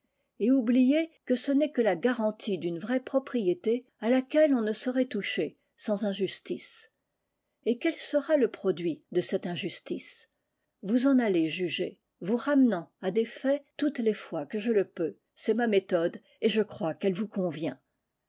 et oublier que ce n'est que la garantie d'une vraie propriété à laquelle on ne saurait toucher sans injustice et quel sera le produit de cette injustice vous en allez juger vous ramenant à des faits toutes les fois que je le peux c'est ma méthode et je crois qu'elle vous convient